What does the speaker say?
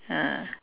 ah